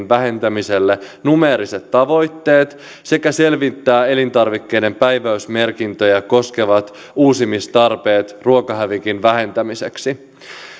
vähentämiselle numeeriset tavoitteet sekä selvittää elintarvikkeiden päiväysmerkintöjä koskevat uusimistarpeet ruokahävikin vähentämiseksi